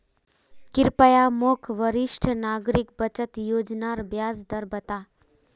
कृप्या मोक वरिष्ठ नागरिक बचत योज्नार ब्याज दर बता